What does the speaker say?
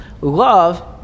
Love